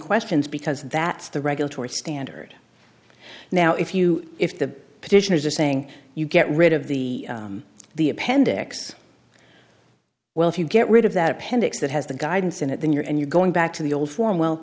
questions because that's the regulatory standard now if you if the petitioners are saying you get rid of the the appendix well if you get rid of that appendix that has the guidance in it then you're and you're going back to the old form well